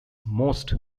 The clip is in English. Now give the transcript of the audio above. most